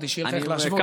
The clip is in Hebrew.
כדי שיהיה לך איך להשוות.